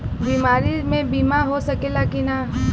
बीमारी मे बीमा हो सकेला कि ना?